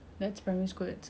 so that's that ya